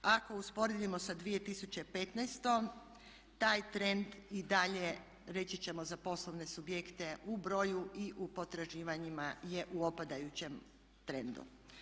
Ako usporedimo sa 2015. taj trend i dalje reći ćemo za poslovne subjekte u broju i u potraživanjima je u opadajućem trendu.